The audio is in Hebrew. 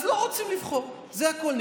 אז לא רוצים לבחור, זה הכול.